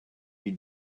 you